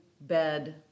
bed